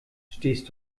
stehst